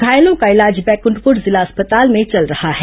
घायलों का इलाज बैकुंठपुर जिला अस्पताल में चल रहा है